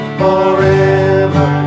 forever